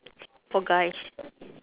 for guys